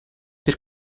per